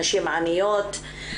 נשים עניות,